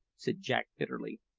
said jack bitterly.